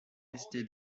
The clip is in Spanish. este